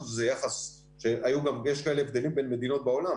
0.1% זה יחס שיש לגביו הבדלים בין מדינות בעולם,